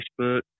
Facebook